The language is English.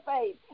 faith